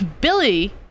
Billy